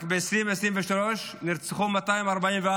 רק ב-2023 244 נרצחים,